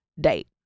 date